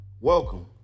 Welcome